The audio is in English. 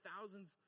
thousands